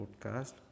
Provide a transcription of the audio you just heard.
podcast